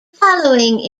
following